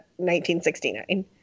1969